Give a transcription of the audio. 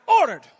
ordered